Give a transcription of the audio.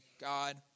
God